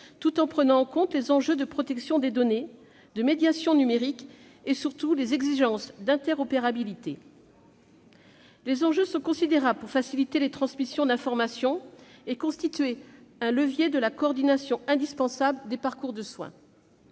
tout en prenant en compte les enjeux de protection des données, de médiation numérique et, surtout, les exigences d'interopérabilité. Les enjeux sont considérables pour faciliter les transmissions d'informations et constituer un levier pour l'indispensable coordination des parcours de soins.